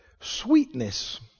sweetness